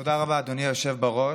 תודה רבה, אדוני היושב בראש.